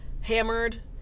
Hammered